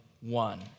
one